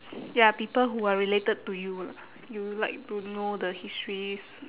ya people who are related to you you like to know the histories